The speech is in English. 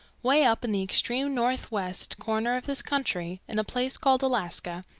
way up in the extreme northwest corner of this country, in a place called alaska,